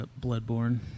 Bloodborne